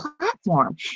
platform